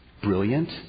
Brilliant